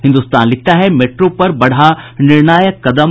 हिन्दुस्तान लिखता है मेट्रो पर बढ़ा निर्णायक कदम